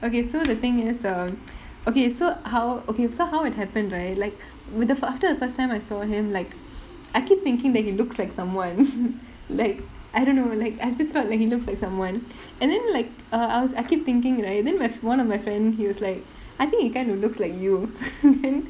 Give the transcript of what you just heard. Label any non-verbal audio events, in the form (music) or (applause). okay so the thing is um okay so how okay so how it happened right like with th~ after the first time I saw him like I keep thinking that he looks like someone (laughs) like I don't know like I just felt like he looks like someone and then like err I was I keep thinking right then my fr~ one of my friend he was like I think he kind of looks like you (laughs) then